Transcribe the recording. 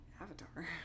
Avatar